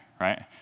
right